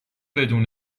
بدون